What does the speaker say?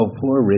poor